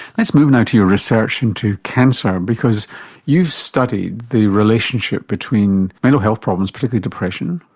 let's move now to your research into cancer because you've studied the relationship between mental health problems, particularly depression,